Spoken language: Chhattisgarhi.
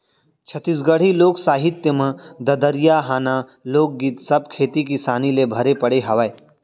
छत्तीसगढ़ी लोक साहित्य म ददरिया, हाना, लोकगीत सब खेती किसानी ले भरे पड़े हावय